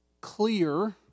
clear